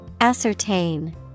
Ascertain